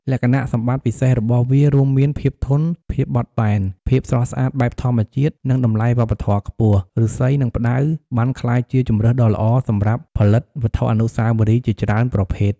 លក្ខណៈសម្បត្តិពិសេសរបស់វា រួមមានភាពធន់ ភាពបត់បែន ភាពស្រស់ស្អាតបែបធម្មជាតិ និងតម្លៃវប្បធម៌ខ្ពស់ ឫស្សី និងផ្តៅបានក្លាយជាជម្រើសដ៏ល្អសម្រាប់ផលិតវត្ថុអនុស្សាវរីយ៍ជាច្រើនប្រភេទ។